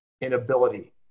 inability